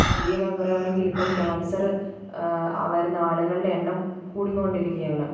ശരീരമായി പറയുകയാണെങ്കിൽ ഇപ്പം ക്യാൻസർ അ വരുന്ന ആളുകളുടെ എണ്ണം കൂടിക്കൊണ്ടിരിക്കുകയാണ്